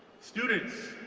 students,